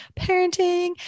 parenting